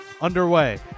underway